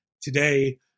today